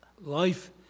life